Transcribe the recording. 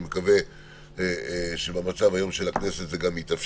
מקווה שזה גם יתאפשר לנו במצב של הכנסת היום.